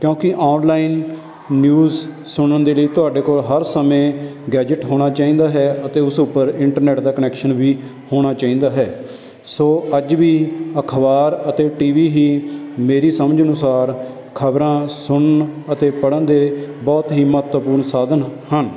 ਕਿਉਂਕਿ online news ਸੁਣਨ ਦੇ ਲਈ ਤੁਹਾਡੇ ਕੋਲ ਹਰ ਸਮੇਂ ਗੈਜਟ ਹੋਣਾ ਚਾਹੀਦਾ ਹੈ ਅਤੇ ਉਸ ਉੱਪਰ ਇੰਟਰਨੈਟ ਦਾ ਕਨੈਕਸ਼ਨ ਵੀ ਹੋਣਾ ਚਾਹੀਦਾ ਹੈ ਸੋ ਅੱਜ ਵੀ ਅਖਬਾਰ ਅਤੇ ਟੀ ਵੀ ਹੀ ਮੇਰੀ ਸਮਝ ਅਨੁਸਾਰ ਖਬਰਾਂ ਸੁਣਨ ਅਤੇ ਪੜ੍ਹਨ ਦੇ ਬਹੁਤ ਹੀ ਮਹੱਤਵਪੂਰਨ ਸਾਧਨ ਹਨ